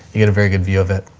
you get a very good view of it.